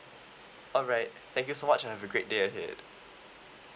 alright thank you so much have a great day ahead